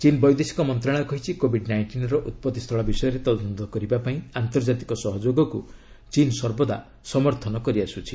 ଚୀନ୍ ବୈଦେଶିକ ମନ୍ତ୍ରଣାଳୟ କହିଛି କୋବିଡ୍ ନାଇଷ୍ଟିନ୍ର ଉତ୍ପତ୍ତି ସ୍ଥଳ ବିଷୟରେ ତଦନ୍ତ କରିବା ପାଇଁ ଆନ୍ତର୍ଜାତିକ ସହଯୋଗକୁ ଚୀନ୍ ସର୍ବଦା ସମର୍ଥନ କରି ଆସୁଛି